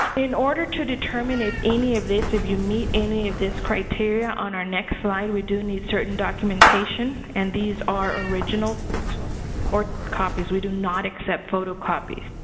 in order to determine if any of this, if you meet any of this criteria, on our next slide we do need certain documentation. and these are originals or copies. we do not accept photocopies.